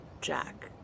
Jack